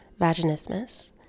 vaginismus